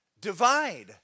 divide